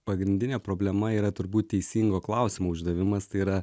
pagrindinė problema yra turbūt teisingo klausimo uždavimas tai yra